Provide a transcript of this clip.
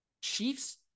Chiefs